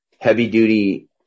heavy-duty